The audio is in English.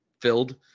filled